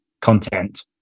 content